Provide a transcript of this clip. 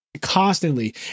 constantly